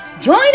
Join